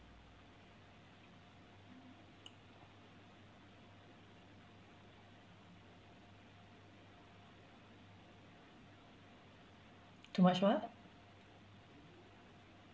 too much what